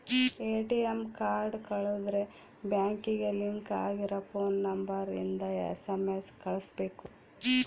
ATM card ಕಳುದ್ರೆ ಬ್ಯಾಂಕಿಗೆ link ಆಗಿರ ಫೋನ್ ನಂಬರ್ ಇಂದ ಎಸ್.ಎಮ್.ಎಸ್ ಕಳ್ಸ್ಬೆಕು